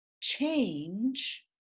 change